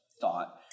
thought